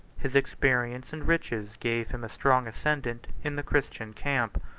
his experience and riches gave him a strong ascendant in the christian camp,